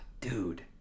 dude